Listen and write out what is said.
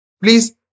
Please